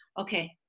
Okay